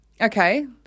Okay